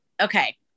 okay